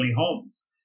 homes